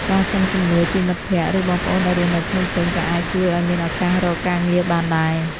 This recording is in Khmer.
ការសុំជំនួយពីមិត្តភក្តិ ឬបងប្អូនដែលរស់នៅភ្នំពេញ ក៏អាចជួយឲ្យមានឱកាសរកការងារបានដែរ។